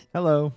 Hello